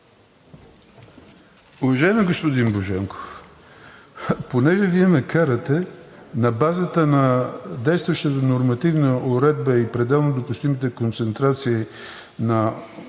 Уважаеми господин Божанков, Вие ме карате на базата на действащата нормативна уредба и пределно допустимите концентрации на